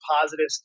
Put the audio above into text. positive